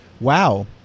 wow